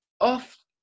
off